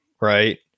right